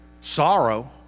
sorrow